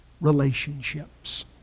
relationships